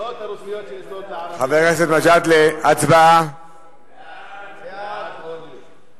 ההצעה להעביר את הצעת חוק העונשין